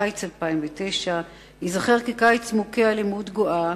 קיץ 2009 ייזכר כקיץ מוכה אלימות גואה,